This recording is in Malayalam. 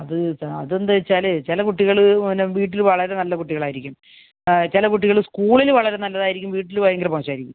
അതെന്താച്ചാല് ചില കുട്ടികൾ വീട്ടിൽ വളരെ നല്ല കുട്ടികളായിരിക്കും ചില കുട്ടികൾ സ്കൂളിൽ വളരെ നല്ലതായിരിക്കും വീട്ടിൽ ഭയങ്കര മോശമായിരിക്കും